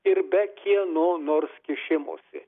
ir be kieno nors kišimosi